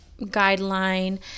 guideline